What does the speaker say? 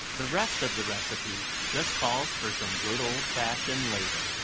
the rest of the recipe just calls for some good old-fashioned labor.